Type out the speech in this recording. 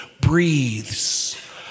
breathes